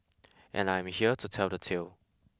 and I am here to tell the tale